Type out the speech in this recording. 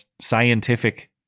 scientific